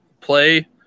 play